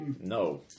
No